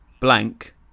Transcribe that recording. blank